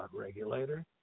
regulator